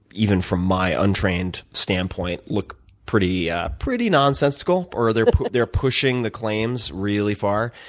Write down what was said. even from my untrained standpoint, look pretty ah pretty nonsensical, or they're they're pushing the claims really far.